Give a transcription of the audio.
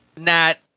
Nat